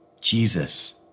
Jesus